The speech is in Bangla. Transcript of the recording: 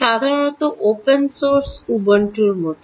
সাধারণত ওপেন সোর্স উবুন্টুর মতো